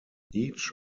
each